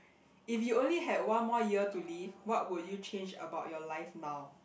if you only had one more year to live what would you change about your life now